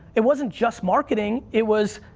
it wasn't just marketing. it was,